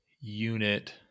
unit